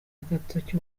agatoki